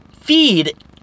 feed